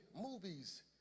movies